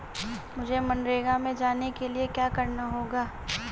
मुझे मनरेगा में जाने के लिए क्या करना होगा?